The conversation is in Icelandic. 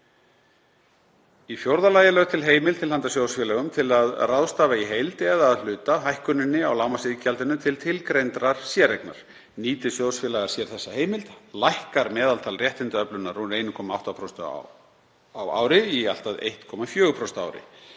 Í fjórða lagi er lögð til heimild til handa sjóðfélögum til að ráðstafa í heild eða að hluta hækkuninni á lágmarksiðgjaldinu til tilgreindrar séreignar. Nýti sjóðsfélagar sér þessa heimild lækkar meðaltal réttindaöflunar úr 1,8% á ári í allt að 1,4% á ári.